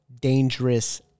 dangerous